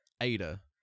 Ada